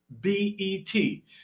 b-e-t